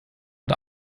mit